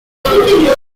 honduras